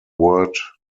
word